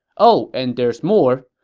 oh, and there's more.